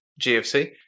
GFC